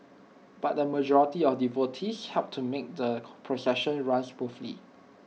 but the majority of devotees helped to make the procession run smoothly